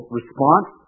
response